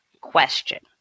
question